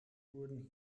wurden